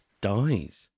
dies